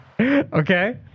Okay